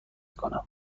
کنم